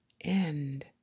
end